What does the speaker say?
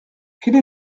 quelle